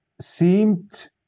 seemed